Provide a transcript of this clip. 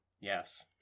Yes